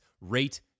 rate